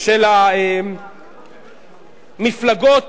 של המפלגות